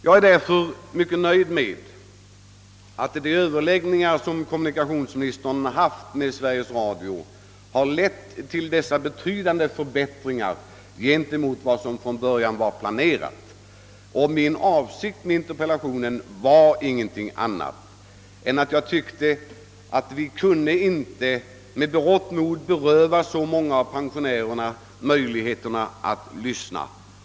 Därför är jag mycket nöjd med att de överläggningar som kommunikationsministern haft med Sveriges Radio har lett till dessa betydande förbättringar i förhållande till vad som från början var planerat. Min interpellation avsåg ju ingenting annat än att framhålla att vi inte med berått mod kunde beröva så många pensionärer möjligheterna att lyssna.